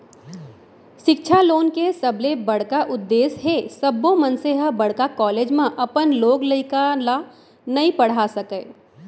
सिक्छा लोन के सबले बड़का उद्देस हे सब्बो मनसे ह बड़का कॉलेज म अपन लोग लइका ल नइ पड़हा सकय